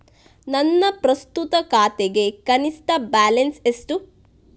ನನ್ನ ಪ್ರಸ್ತುತ ಖಾತೆಗೆ ಕನಿಷ್ಠ ಬ್ಯಾಲೆನ್ಸ್ ಎಷ್ಟು?